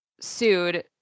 sued